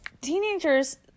teenagers